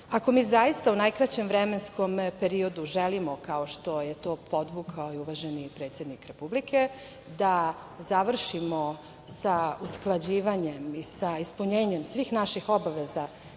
EU.Ako mi zaista u najkraćem vremenskom periodu želimo, kao što je to podvukao uvaženi predsednik Republike, da završimo sa usklađivanjem i sa ispunjenjem svih naših obaveza